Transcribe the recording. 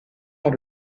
dans